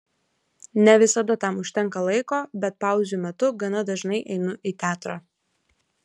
ne visada tam užtenka laiko bet pauzių metu gana dažnai einu į teatrą